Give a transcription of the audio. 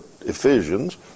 Ephesians